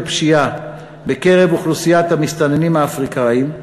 הפשיעה בקרב אוכלוסיית המסתננים האפריקנים,